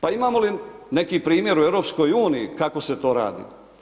Pa imamo li neki primjer u EU kako se to radi.